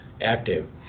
active